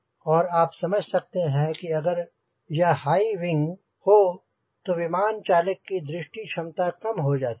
और आप समझ सकते हैं कि अगर यह हाईविंग हो तो विमान चालक की दृष्टि क्षमता कम हो जाती है